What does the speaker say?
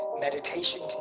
meditation